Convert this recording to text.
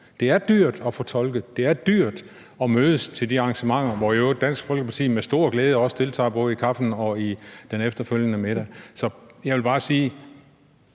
Det er dyrt at bruge tolke. Det er dyrt at mødes til de arrangementer, hvor i øvrigt også Dansk Folkeparti med stor glæde deltager ved både kaffen og i den efterfølgende middag. Så jeg vil bare sige: